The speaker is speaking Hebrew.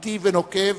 אמיתי ונוקב,